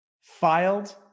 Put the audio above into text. filed